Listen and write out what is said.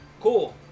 Cool